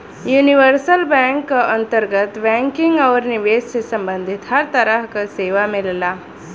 universal bank क अंतर्गत banking आउर निवेश से सम्बंधित हर तरह क सेवा मिलला